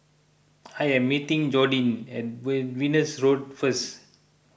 I am meeting Jordin at Venus Road first